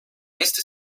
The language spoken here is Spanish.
este